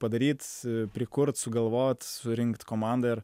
padaryt prikurt sugalvot surinkt komandą ir